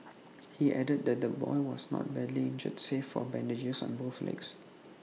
he added that the boy was not badly injured save for bandages on both legs